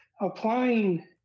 applying